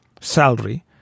salary